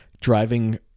driving